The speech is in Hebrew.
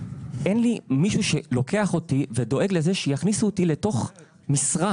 אין לי מישהו שלוקח אותי ודואג לזה שיכניסו אותי לתוך משרה,